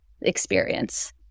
experience